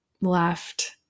left